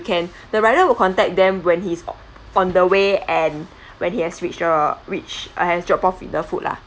can the rider will contact them when he's o~ on the way and when he has reached err reached uh has drop off with the food lah